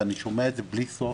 ואני שומע את זה בלי סוף.